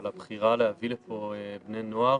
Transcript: על הבחירה להביא לפה בני נוער